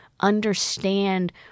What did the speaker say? understand